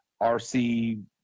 RC